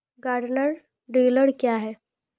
Garden tiller क्या हैं?